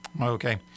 okay